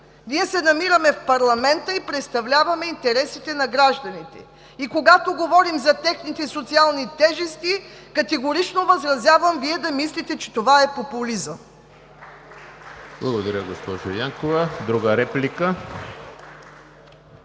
Ние се намираме в парламента и представляваме интересите на гражданите. И когато говорим за техните социални тежести, категорично възразявам Вие да мислите, че това е популизъм. (Ръкопляскания от „БСП за България“.)